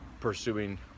pursuing